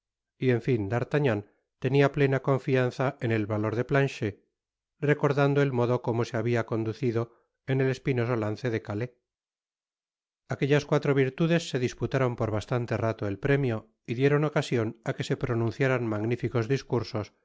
y en fin d'artagnan tenia plena confianza en el valor de planchet recordando el modo como se habia conducido en el espinoso lance de calais aquellas cuatro virtudes se disputaron por bastante rato el premio y dieron ocasion á que se pronunciáran magnificos discursos